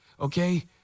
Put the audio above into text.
okay